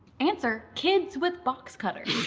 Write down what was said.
answer kids with box cutters.